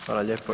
Hvala lijepo.